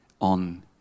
on